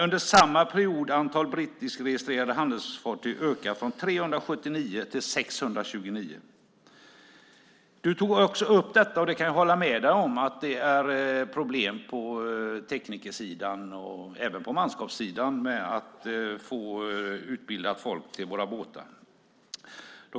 Under samma period har antalet brittiskregistrerade handelsfartyg ökat från 379 till 629. Annelie Enochson tog också upp att det finns problem på teknikersidan och även på manskapssidan med att få utbildat folk till våra båtar.